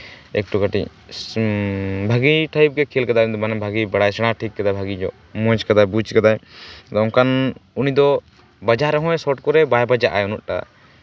ᱮᱠᱴᱩ ᱠᱟᱹᱴᱤᱡ ᱵᱷᱟᱜᱮ ᱴᱟᱭᱤᱯ ᱜᱮᱭ ᱠᱷᱮᱞ ᱠᱟᱫᱟᱭ ᱩᱱᱤ ᱦᱚᱸ ᱢᱟᱱᱮ ᱵᱷᱟᱜᱮ ᱵᱟᱲᱟᱭ ᱥᱮᱬᱟ ᱴᱷᱤᱠ ᱠᱟᱫᱟᱭ ᱵᱷᱟᱜᱮ ᱧᱚᱜ ᱢᱚᱸᱡ ᱠᱟᱫᱟᱭ ᱵᱩᱡᱽ ᱠᱟᱫᱟᱭ ᱟᱫᱚ ᱚᱱᱠᱟᱱ ᱩᱱᱤ ᱫᱚ ᱵᱟᱡᱟᱣ ᱨᱮᱦᱚᱸ ᱥᱚᱴ ᱠᱚᱨᱮ ᱵᱟᱭ ᱵᱟᱡᱟᱜᱼᱟ ᱩᱱᱟᱹᱜ ᱴᱟᱜ